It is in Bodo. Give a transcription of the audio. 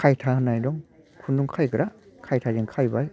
खायथा होननाय दं खुन्दुं खायग्रा खायथाजों खायबाय